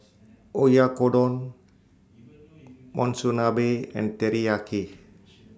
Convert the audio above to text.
Oyakodon Monsunabe and Teriyaki